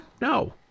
no